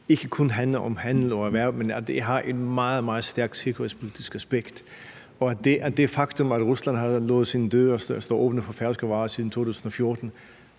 ikke kun handler om handel og erhverv, men at det har et meget, meget stærkt sikkerhedspolitisk aspekt, og at det faktum, at Rusland har ladet sine døre stå åbne for færøske varer siden 2014,